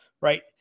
right